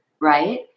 right